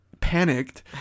panicked